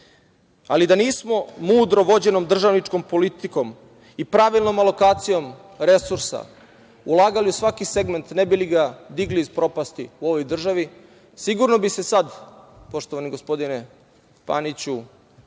Ali, da nismo mudro vođenom državničkom politikom i pravilnom alokacijom resursa ulagali u svaki segment ne bi li ga digli iz propasti u ovoj državi, sigurno bi se sada, poštovani gospodine Paniću,